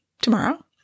tomorrow